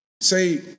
say